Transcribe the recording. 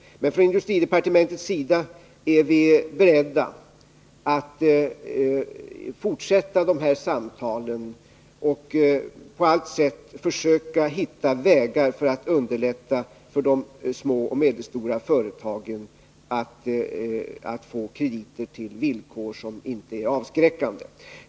Men vi är från industridepartementets sida beredda att fortsätta de här samtalen och på allt sätt försöka hitta vägar för att underlätta för de små och medelstora företagen att få krediter på villkor som inte är avskräckande.